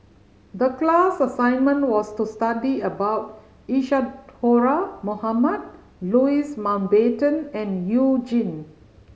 the class assignment was to study about Isadhora Mohamed Louis Mountbatten and You Jin